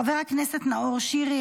חבר הכנסת נאור שירי,